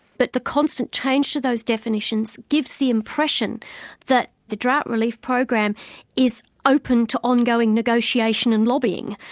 but the constant change to those definitions, gives the impression that the drought relief program is open to ongoing negotiation and lobbying.